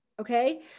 okay